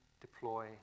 deploy